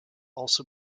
also